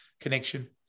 connection